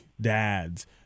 dads